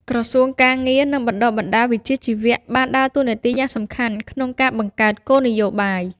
ក្រសួងការងារ និងបណ្តុះបណ្តាលវិជ្ជាជីវៈ បានដើរតួនាទីយ៉ាងសំខាន់ក្នុងការបង្កើតគោលនយោបាយ។